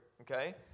Okay